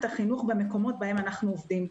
החינוך במקומות שבהם אנחנו עובדים.